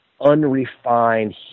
unrefined